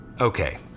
Okay